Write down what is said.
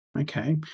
Okay